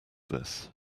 this